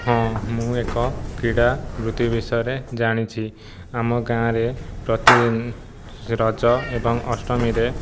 ହଁ ମୁଁ ଏକ କ୍ରୀଡା଼ ବୃତ୍ତି ବିଷୟରେ ଜାଣିଛି ଆମ ଗାଁରେ ପ୍ରତିଦିନ ରଜ ଏବଂ ଅଷ୍ଟମୀରେ